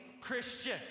Christian